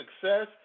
success